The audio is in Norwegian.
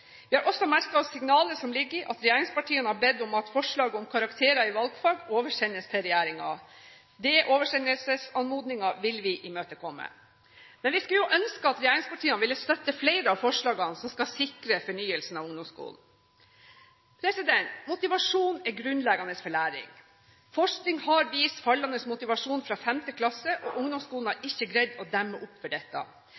Vi har også merket oss signalet som ligger i at regjeringspartiene har bedt om at forslaget om karakterer i valgfag oversendes regjeringen. Den oversendelsesanmodningen vil vi imøtekomme. Men vi skulle jo ønske at regjeringspartiene ville støtte flere av forslagene som skal sikre fornyelsen av ungdomsskolen. Motivasjon er grunnleggende for læring. Forskning har påvist fallende motivasjon fra 5. klasse, og ungdomsskolen har